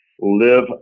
Live